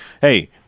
hey